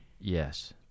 yes